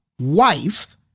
wife